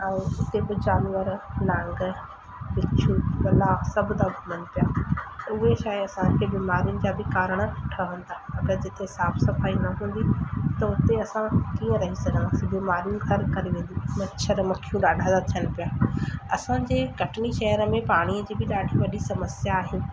ऐं हुते बि जानवर नांग बिच्छू तला सभ था घुमनि पिया उहे शइ असांखे बीमारियूं जा बि कारण ठहनि था अगरि जिते साफ़ सफ़ाई न हूंदी त हुते असां कीअं रही सघां बीमारियूं घर करे वेंदियूं मछर मखियूं ॾाढा ता थियनि पिया असांजे कटनी शहर में पाणीअ जी बि ॾाढी वॾी समस्या आहे